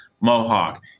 Mohawk